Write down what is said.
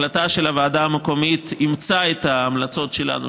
ההחלטה של הוועדה המקומית אימצה את ההמלצות שלנו,